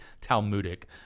Talmudic